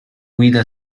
guida